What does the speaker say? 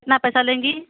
ना पैसा लेंगी